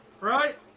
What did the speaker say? Right